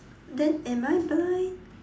then am I blind